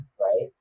right